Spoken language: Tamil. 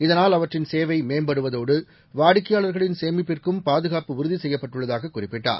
இதனால் அவற்றின் சேவை மேம்படுவதோடு வாடிக்கையாளர்களின் சேமிப்புக்கும் பாதுகாப்பு உறுதி செய்யப்பட்டுள்ளதாக குறிப்பிட்டார்